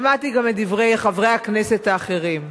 שמעתי גם את דברי חברי הכנסת האחרים.